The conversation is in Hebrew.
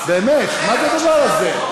באמת, מה זה הדבר הזה.